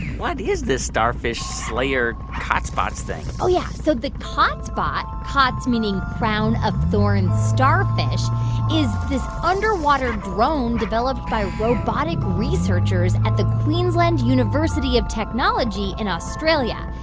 what is this starfish slayer cotsbot thing? oh, yeah. so the cotsbot cots meaning crown-of-thorns starfish is this underwater drone developed by robotic researchers at the queensland university of technology in australia.